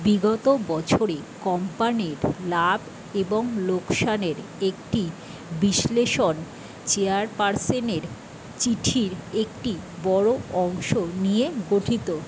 বিগত বছরে কম্পানির লাভ এবং লোকসানের একটি বিশ্লেষণ চেয়ারপার্সনের চিঠির একটি বড় অংশ নিয়ে গঠিত